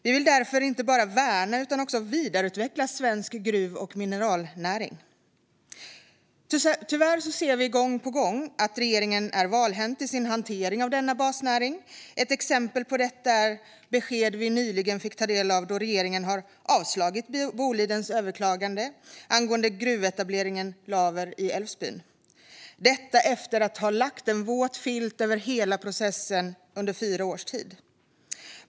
Vi vill därför inte bara värna utan också vidareutveckla svensk gruv och mineralnäring. Tyvärr ser vi gång på gång att regeringen är valhänt i sin hantering av denna basnäring. Ett exempel på detta är det besked vi nyligen fick ta del av: att regeringen har avslagit Bolidens överklagan angående gruvetableringen Laver i Älvsbyn. Detta efter att ha lagt en våt filt över hela processen i fyra års tid.